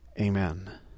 amen